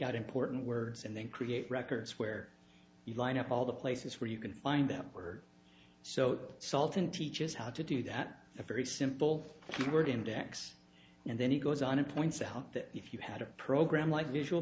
out important words and then create records where you line up all the places where you can find them or so sultan teaches how to do that a very simple three word index and then he goes on to points out that if you had a program like visual